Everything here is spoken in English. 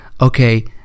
okay